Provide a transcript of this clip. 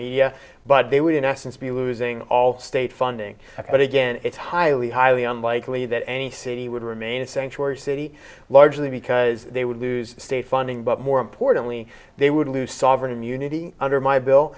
media but they would in essence be losing all state funding but again it's highly highly unlikely that any city would remain a sanctuary city largely because they would lose state funding but more importantly they would lose sovereign immunity under my bill